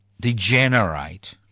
degenerate